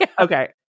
Okay